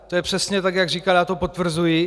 To je přesně tak, jak říkal, já to potvrzuji.